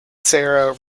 sarah